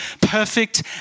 perfect